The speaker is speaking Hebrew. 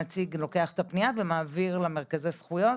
הנציג לוקח את הפנייה ומעביר למרכזי הזכויות.